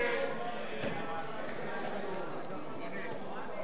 את הצעת חוק התפזרות הכנסת השמונה-עשרה,